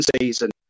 season